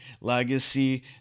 legacy